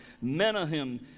Menahem